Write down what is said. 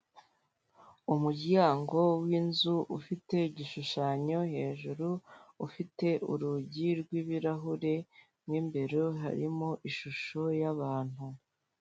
Umuryango w'inzu ufite igishushanyo hejuru, ufite urugi rw'ibirahure, mu imbere harimo ishusho y'abantu.